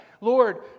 Lord